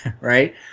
right